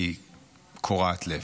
היא קורעת לב.